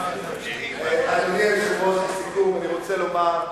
אדוני היושב-ראש, לסיכום אני רוצה לומר: